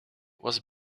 was